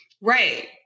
right